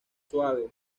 suave